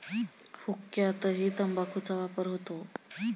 हुक्क्यातही तंबाखूचा वापर होतो